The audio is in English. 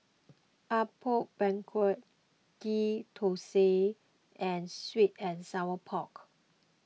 Apom Berkuah Ghee Thosai and Sweet and Sour Pork